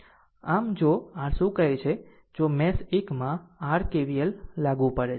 આમ જો r શું કહે છે જો મેશ 1 માં r KVL લાગુ પડે છે